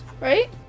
right